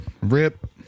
Rip